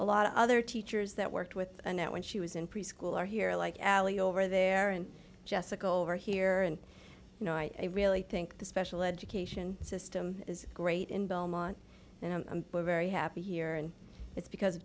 a lot of other teachers that worked with annette when she was in preschool are here like allie over there and jessica over here and you know i really think the special education system is great in belmont very happy here and it's because